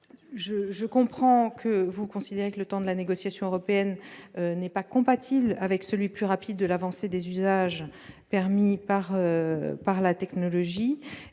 Je comprends que vous considériez que le temps de la négociation européenne n'est pas compatible avec celui, plus rapide, de l'avancée des usages qu'offre la technologie.